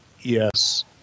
Yes